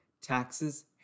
Taxes